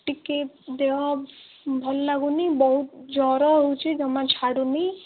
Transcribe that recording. ଟିକିଏ ଦେହ ଭଲ ଲାଗୁନି ବହୁତ ଜ୍ୱର ହେଉଛି ଜମା ଛାଡ଼ୁନି